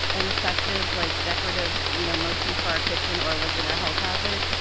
an effective, like, decorative, you know, motif for our kitchen, or was it a health hazard.